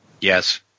Yes